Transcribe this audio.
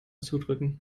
zudrücken